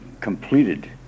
completed